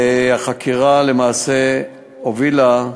והחקירה למעשה הובילה למעצר.